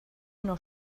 nur